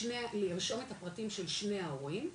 לרשום את הפרטים של שני ההורים,